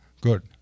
Good